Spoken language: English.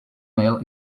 male